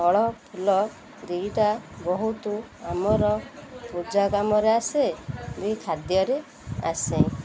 ଫଳ ଫୁଲ ଦୁଇଟା ବହୁତ ଆମର ପୂଜା କାମରେ ଆସେ ବି ଖାଦ୍ୟରେ ଆସେ